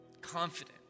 confident